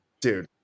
Dude